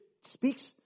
speaks